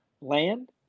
land